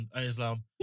Islam